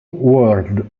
world